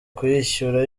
kuyishyura